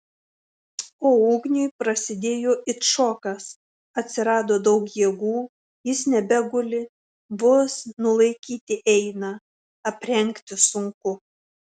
o ugniui prasidėjo it šokas atsirado daug jėgų jis nebeguli vos nulaikyti eina aprengti sunku